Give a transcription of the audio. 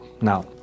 Now